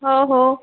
हो हो